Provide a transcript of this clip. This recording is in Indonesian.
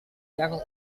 yang